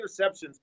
interceptions